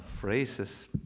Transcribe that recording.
phrases